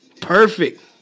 Perfect